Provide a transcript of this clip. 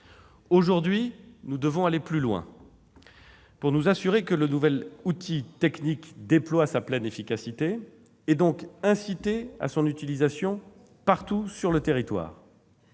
Aujourd'hui, nous devons aller plus loin, pour nous assurer que le nouvel outil technique déploie sa pleine efficacité et inciter à son utilisation partout sur le territoire,